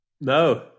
No